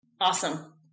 Awesome